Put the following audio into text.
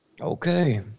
Okay